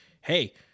hey